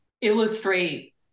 illustrate